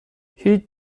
هیچ